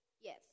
Yes